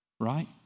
Right